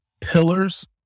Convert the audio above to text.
pillars